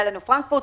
היה לנו פרנקפורט,